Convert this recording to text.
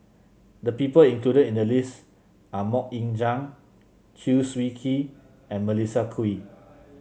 the people included in the list are MoK Ying Jang Chew Swee Kee and Melissa Kwee